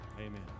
amen